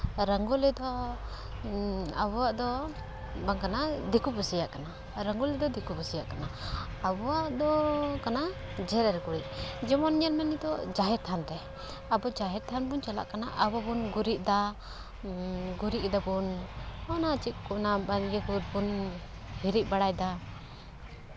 ᱨᱚᱝᱜᱳᱞᱤ ᱫᱚ ᱟᱵᱚᱣᱟᱜ ᱫᱚ ᱵᱟᱝ ᱠᱟᱱᱟ ᱫᱤᱠᱩ ᱯᱩᱥᱤᱭᱟᱜ ᱠᱟᱱᱟ ᱨᱚᱝᱜᱳᱞᱤ ᱫᱚ ᱫᱤᱠᱩ ᱯᱩᱥᱤᱭᱟᱜ ᱠᱟᱱᱟ ᱟᱵᱚ ᱫᱚ ᱠᱟᱱᱟ ᱡᱮᱨᱮᱲ ᱜᱩᱨᱤᱡ ᱡᱮᱢᱚᱱ ᱧᱮᱞᱢᱮ ᱱᱤᱛᱚᱜ ᱡᱟᱦᱮᱨ ᱛᱷᱟᱱ ᱨᱮ ᱟᱵᱚ ᱡᱟᱦᱮᱨ ᱛᱷᱟᱱ ᱵᱚᱱ ᱪᱟᱞᱟᱜ ᱠᱟᱱᱟ ᱟᱵᱚ ᱵᱚᱱ ᱜᱩᱨᱤᱡ ᱫᱟ ᱜᱩᱨᱤᱡ ᱫᱟᱵᱚᱱ ᱚᱱᱟ ᱪᱮᱫ ᱚᱱᱟ ᱵᱟᱦᱨᱮ ᱠᱚᱨᱮᱵᱚᱱ ᱦᱤᱨᱤᱡ ᱵᱟᱲᱟᱭᱫᱟ